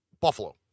Buffalo